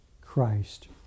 christ